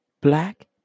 black